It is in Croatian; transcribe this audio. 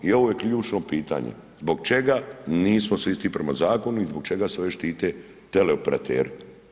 I ovo je ključno pitanje zbog čega nismo svi isti prema zakonu i zbog čega se ovdje štite teleoperateri?